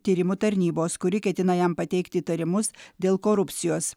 tyrimų tarnybos kuri ketina jam pateikti įtarimus dėl korupcijos